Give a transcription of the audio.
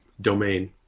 domain